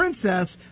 Princess